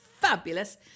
fabulous